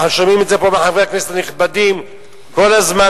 שומעים את זה פה מחברי הכנסת הנכבדים כל הזמן,